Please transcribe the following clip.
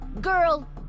Girl